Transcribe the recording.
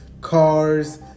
cars